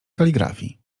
kaligrafii